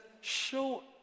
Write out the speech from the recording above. show